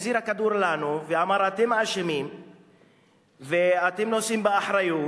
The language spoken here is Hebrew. החזיר את הכדור לנו ואמר: אתם אשמים ואתם נושאים באחריות.